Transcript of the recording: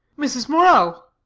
mrs. morell!